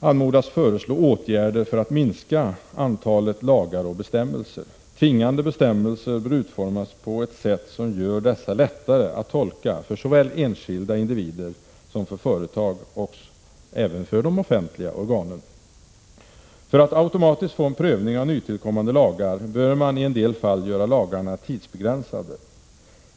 anmodas föreslå åtgärder för att minska antalet lagar och bestämmelser. Tvingande bestämmelser bör utformas på ett sätt som gör dessa lättare att tolka för såväl enskilda individer och företag som de offentliga organen. För att automatiskt få en prövning av nytillkommande lagar bör man i en del fall göra lagarna tidsbegränsade.